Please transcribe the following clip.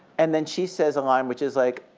and then she says a line which is like,